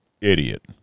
idiot